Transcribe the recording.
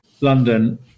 London